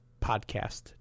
podcast